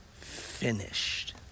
finished